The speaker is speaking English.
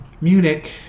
Munich